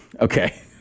Okay